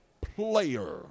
player